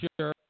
sure